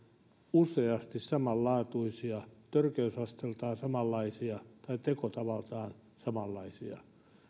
useasti samanlaatuisia rikoksia törkeysasteeltaan samanlaisia tai tekotavaltaan samanlaisia